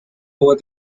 over